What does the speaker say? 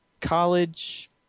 college